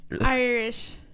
Irish